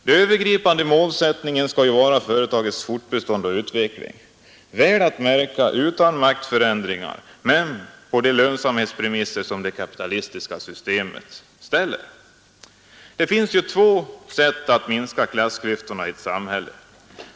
Den övergripande målsättningen skall vara företagets fortbestånd och utveckling, väl att märka utan maktförändringar men på de lönsamhetspremisser som det kapitalistiska systemet ställer. Det finns två sätt att minska klassklyftorna i samhället.